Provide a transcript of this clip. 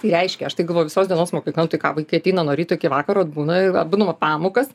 tai reiškia aš tai galvoju visos dienos mokykla nu tai ką vaikai ateina nuo ryto iki vakaro atbūna atbūna pamokas